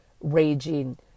raging